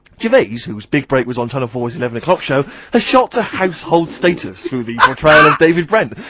gervais, who's who's big break was on channel four s eleven o'clock show has shot to household status through the portrayal of david brent,